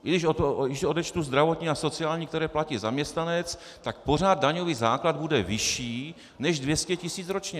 Když od toho odečtu zdravotní a sociální, které platí zaměstnanec, tak pořád daňový základ bude vyšší než 200 tisíc ročně.